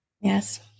Yes